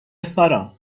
سارا